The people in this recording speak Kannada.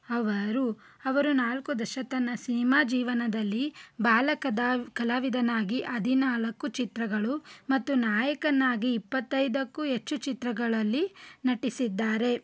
ಅವರು ಅವರು ನಾಲ್ಕು ದಶಕದ ಸಿನಿಮಾ ಜೀವನದಲ್ಲಿ ಬಾಲಕ ಕಲಾವಿದನಾಗಿ ಹದಿನಾಲ್ಕು ಚಿತ್ರಗಳು ಮತ್ತು ನಾಯಕನಾಗಿ ಇಪ್ಪತ್ತೈದಕ್ಕೂ ಹೆಚ್ಚು ಚಿತ್ರಗಳಲ್ಲಿ ನಟಿಸಿದ್ದಾರೆ